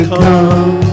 come